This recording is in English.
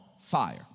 fire